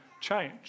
change